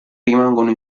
rimangono